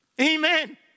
Amen